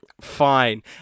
fine